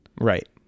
Right